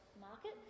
market